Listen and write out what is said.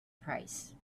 price